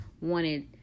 wanted